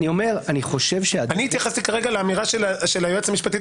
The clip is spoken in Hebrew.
אני התייחסת כרגע לאמירה של היועצת המשפטית